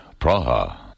Praha